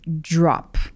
drop